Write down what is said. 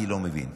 אני לא מבין.